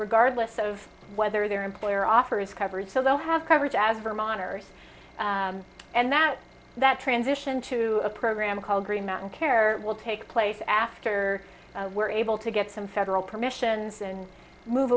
regardless of whether their employer offers coverage so they'll have coverage as vermonters and that that transition to a program called green mountain care will take place after we're able to get some federal permissions and move